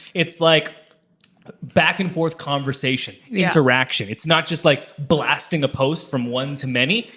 it's like back and forth conversation, interaction. it's not just like blasting a post from one to many.